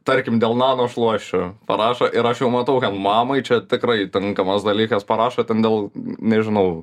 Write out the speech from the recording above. tarkim delnano šluosčių parašo ir aš jau matau kam mamai čia tikrai tinkamas dalykas parašo ten gal nežinau